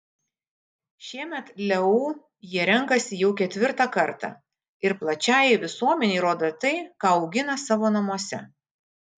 šiemet leu jie renkasi jau ketvirtą kartą ir plačiajai visuomenei rodo tai ką augina savo namuose